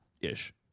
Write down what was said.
ish